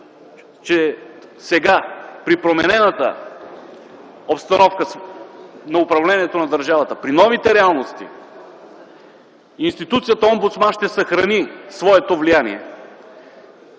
че сега, при променената обстановка на управлението на държавата, при новите реалности, институцията омбудсман ще съхрани своето влияние